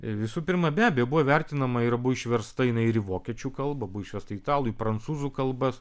visų pirma be abejo buvo vertinama ir išversta jinai ir į vokiečių kalbą buvo išversta į italų į prancūzų kalbas